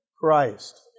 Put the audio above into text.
Christ